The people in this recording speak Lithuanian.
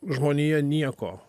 žmonija nieko